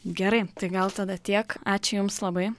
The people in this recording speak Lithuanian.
gerai tai gal tada tiek ačiū jums labai